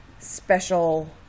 special